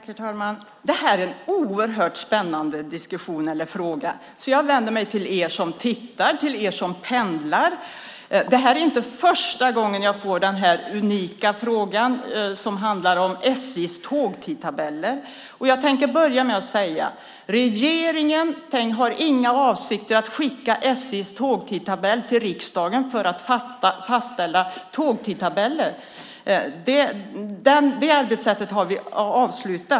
Herr talman! Detta är en oerhört spännande fråga. Jag vänder mig därför till er som tittar och till er som pendlar. Detta är inte första gången som jag får denna unika fråga som handlar om SJ:s tågtidtabeller. Jag tänker börja med att säga att regeringen inte har några avsikter att låta riksdagen fastställa SJ:s tågtidtabeller. Det arbetssättet har vi avslutat.